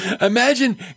Imagine